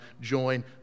join